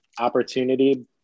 opportunity